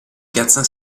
piazza